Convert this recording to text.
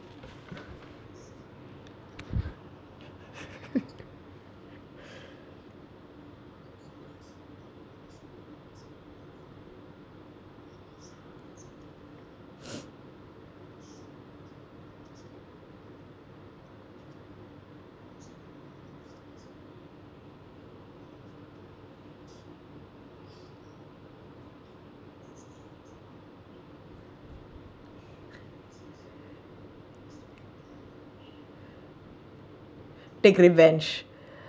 big revenge